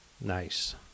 Nice